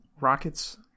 rockets